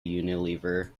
unilever